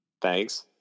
Thanks